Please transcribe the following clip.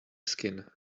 skin